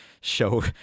show